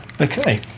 Okay